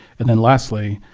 and then lastly,